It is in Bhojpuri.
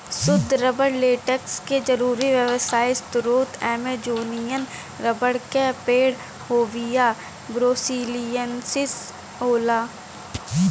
सुद्ध रबर लेटेक्स क जरुरी व्यावसायिक स्रोत अमेजोनियन रबर क पेड़ हेविया ब्रासिलिएन्सिस होला